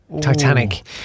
Titanic